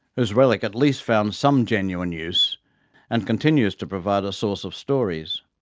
whose relic at least found some genuine use and continues to provide a source of stories.